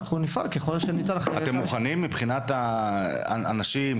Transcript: אתם מוכנים מבחינת האנשים?